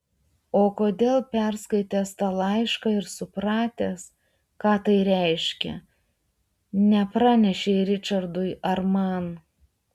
o kodėl perskaitęs tą laišką ir supratęs ką tai reiškia nepranešei ričardui ar man